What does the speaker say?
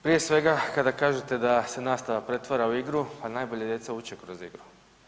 Prije svega, kada kažete da se nastava pretvara u igru, pa najbolje djeca uče kroz igru.